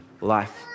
life